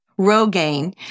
Rogaine